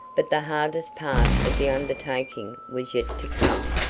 but the hardest part of the undertaking was yet to come.